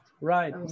right